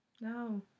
No